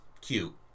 cute